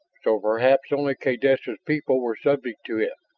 so perhaps only kaydessa's people were subject to it,